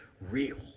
real